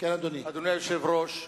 אדוני היושב-ראש,